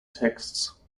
texts